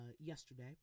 yesterday